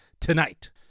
tonight